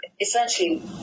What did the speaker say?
Essentially